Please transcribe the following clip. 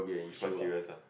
it's quite serious lah